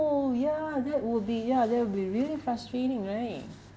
oh ya that would be ya that will be really frustrating right